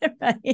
Right